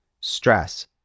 Stress